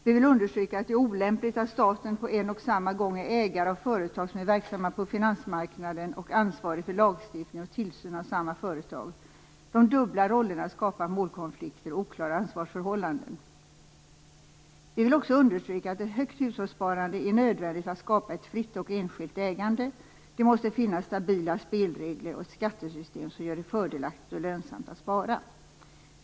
Vi vill understyrka att det är olämpligt att staten på en och samma gång är ägare av företag som är verksamma på finansmarknaden och ansvarig för lagstiftning och tillsyn av samma företag. De dubbla rollerna skapar målkonflikter och oklara ansvarsförhållanden. Vi vill också understryka att ett högt hushållssparande är nödvändigt för att skapa ett fritt och enskilt ägande. Det måste finnas stabila spelregler och ett skattesystem som gör det fördelaktigt och lönsamt att spara.